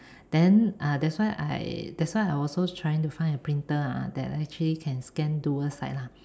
then uh that's why I that's why I also trying to find a printer ah that actually can scan dual side lah